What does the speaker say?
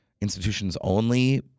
institutions-only